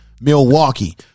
Milwaukee